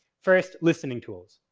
first, listening tools.